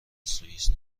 سوئیس